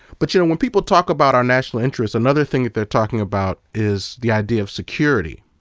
but you know when people talk about our national interest, another thing that they're talking about is the idea of security.